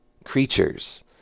creatures